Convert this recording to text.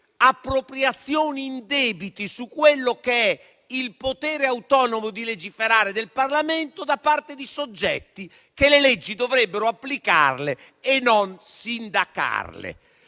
appropriazioni indebite rispetto al potere autonomo di legiferare del Parlamento da parte di soggetti che le leggi dovrebbero applicarle e non sindacarle.